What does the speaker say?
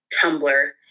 Tumblr